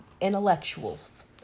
intellectuals